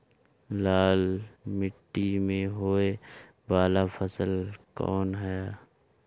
लाल मीट्टी में होए वाला फसल कउन ह?